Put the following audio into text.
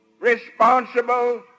responsible